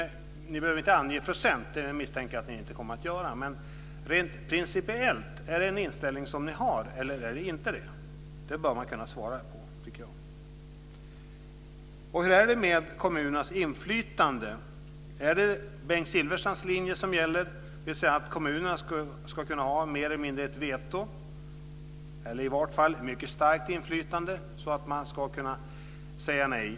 Ni behöver inte ange procent. Det misstänker jag att ni inte kommer att göra. Men rent principiellt: Är det en inställning som ni har, eller är det inte det? Det tycker jag att man bör kunna svara på. Hur är det med kommunernas inflytande? Är det Bengt Silfverstrands linje som gäller, dvs. att kommunerna ska ha mer eller mindre ett veto eller i alla fall ett mycket starkt inflytande och kunna säga nej?